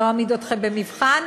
לא אעמיד אתכם במבחן,